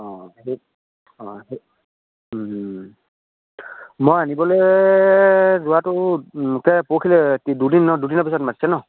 অঁ সেই অঁ সেই মই আনিবলৈ যোৱাটো মোকে পৰহালৈ দুদিন নহ্ দুদিনৰ পিছত মাতিছে নহ্